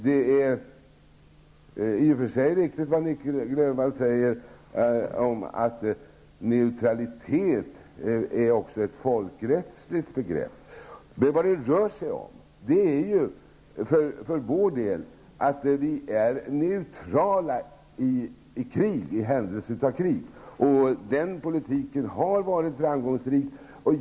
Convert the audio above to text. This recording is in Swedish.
Det är i och för sig riktigt det som Nic Grönvall säger om att neutraliteten också är ett folkrättsligt begrepp. Men vad det rör sig om för vår del är att vi är neutrala i händelse av krig. Den politiken har varit framgångsrik.